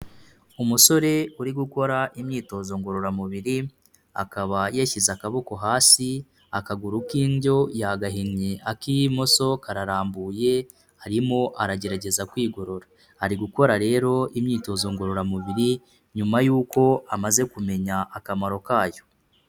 Umusore uri gukora imyitozo ngororamubiri, akaba yashyize akaboko hasi akaguru k'indyo yagahinnye ak'imoso kararambuye, arimo aragerageza kwigorora. Ari gukora rero imyitozo ngororamubiri nyuma yuko amaze kumenya akamaro kayo.